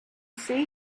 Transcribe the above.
see